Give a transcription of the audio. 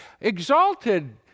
exalted